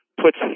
puts